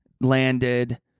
landed